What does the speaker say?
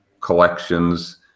collections